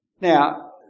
Now